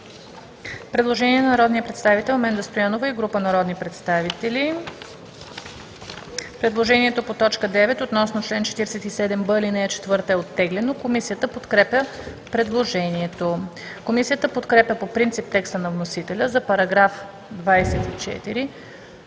предложение от народния представител Менда Стоянова и група народни представители. Предложението по т. 9 относно чл. 47, ал. 4 е оттеглено. Комисията подкрепя предложението. Комисията подкрепя по принцип текста на вносителя за § 24,